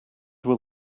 will